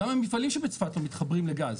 גם המפעלים שבצפת, המתחברים לגז.